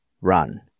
run